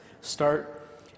start